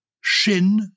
shin